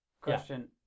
question